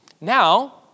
now